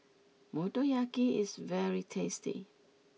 Motoyaki is very tasty